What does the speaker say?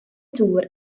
dŵr